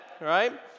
right